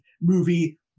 movie